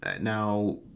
Now